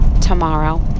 tomorrow